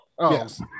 Yes